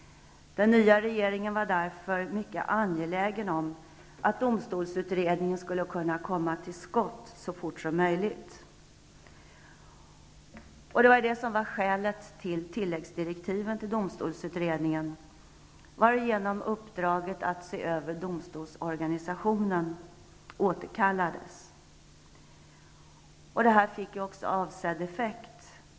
Den nya regeringen var således mycket angelägen om att domstolsutredningen skulle kunna komma till skott så fort som möjligt. Det var skälet till tilläggsdirektiven till domstolsutredningen, varigenom uppdraget att se över domstolsorganisationen återkallades. Detta fick avsedd effekt.